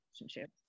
relationship